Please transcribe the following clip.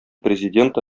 президенты